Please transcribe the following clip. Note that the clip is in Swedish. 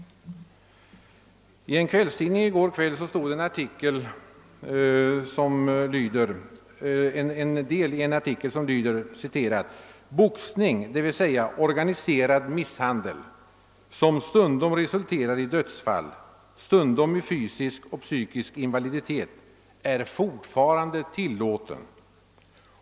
I en kvällstidning i går kväll stod i en artikel följande: >»Boxning — d. v. s. organiserad misshandel som stundom resulterar i dödsfall, stundom i fysisk och psykisk invaliditet — är fortfaran de tillåten.